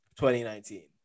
2019